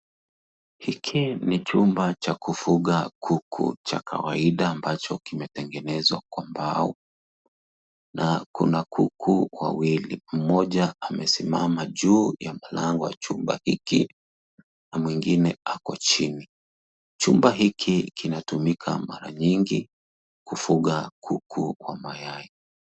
Hiki ni chumba cha kufuga kuku cha kawaida ambacho kimetengenezwa kwa mbao na kuna kuku wawili, mmoja amesimama juu ya mlango wa chumba hiki na mwingine ako chini. Chumba hiki kinatumika mara nyingi kufuga kuku wa mayai.